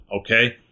Okay